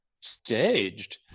staged